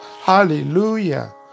Hallelujah